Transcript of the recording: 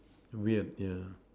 weird yeah